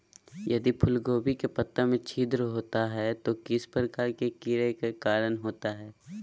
यदि फूलगोभी के पत्ता में छिद्र होता है तो किस प्रकार के कीड़ा के कारण होता है?